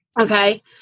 Okay